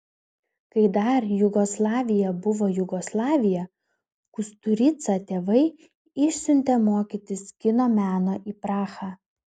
kai dar jugoslavija buvo jugoslavija kusturicą tėvai išsiuntė mokytis kino meno į prahą